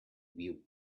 view